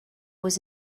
was